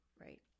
right